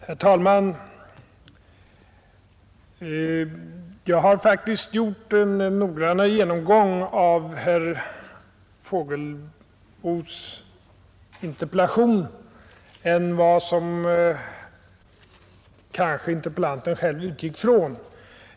Herr talman! Jag har faktiskt gjort en noggrannare genomgång av herr Fågelsbos interpellation än vad interpellanten själv kanske utgick från.